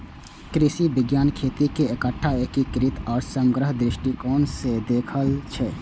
कृषि विज्ञान खेती कें एकटा एकीकृत आ समग्र दृष्टिकोण सं देखै छै